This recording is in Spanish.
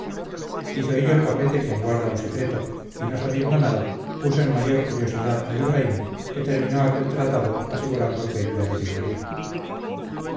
personas hizo hillo el papel de quien guarda un secreto y no sabiendo nada puso en mayor curiosidad a ibraim que terminó aquel tratado asegurando que él lo averiguaría